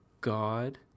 God